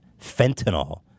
fentanyl